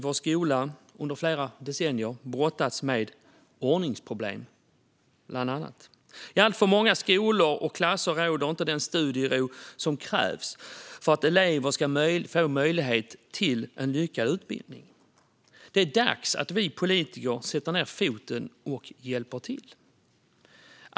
Vår skola har under flera decennier brottats med bland annat ordningsproblem. I alltför många skolor och klasser råder inte den studiero som krävs för att eleverna ska få möjlighet till en lyckad utbildning. Det är dags att vi politiker sätter ned foten och hjälper till.